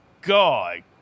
God